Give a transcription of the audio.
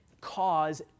cause